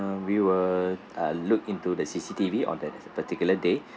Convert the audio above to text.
uh we will uh look into the C_C_T_V on that particular day